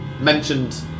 mentioned